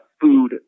food